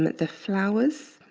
the flowers